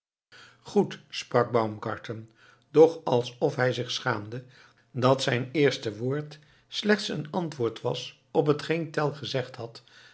goed sprak baumgarten doch alsof hij zich schaamde dat zijn eerste woord slechts een antwoord was op hetgeen tell gezegd had